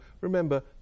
remember